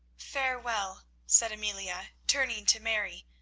farewell, said amelia, turning to mary,